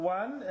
one